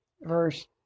verse